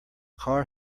car